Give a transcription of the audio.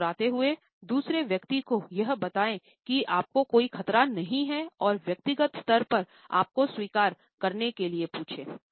मुस्कुराते हुए दूसरे व्यक्ति को यह बताए कि आपको कोई खतरा नहीं है और व्यक्तिगत स्तर पर आपको स्वीकार करने के लिए पूछे